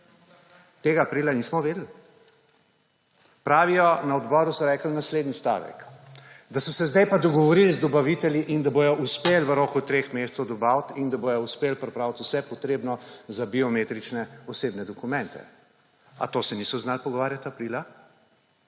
Tega aprila nismo vedeli? Pravijo, na odboru so rekli naslednji stavek, da so se zdaj pa dogovorili z dobavitelji in da bodo uspeli v roku treh mesecev dobaviti in da bodo uspeli pripraviti vse potrebno za biometrične osebne dokumente – a to se niso znali pogovarjati aprila?